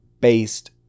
based